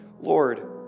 Lord